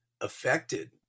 affected